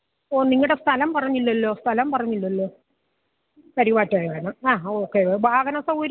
ഓ നിങ്ങളുടെ സ്ഥലം പറഞ്ഞില്ലല്ലോ സ്ഥലം പറഞ്ഞില്ലല്ലോ കരുവാറ്റയാണ് ആ ഓക്കെ വാഹന സൗവ